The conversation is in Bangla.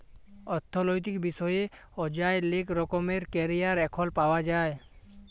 অথ্থলৈতিক বিষয়ে অযায় লেক রকমের ক্যারিয়ার এখল পাউয়া যায়